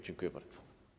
Dziękuję bardzo.